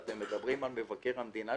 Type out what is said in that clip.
ואתם גם מדברים על מבקר המדינה,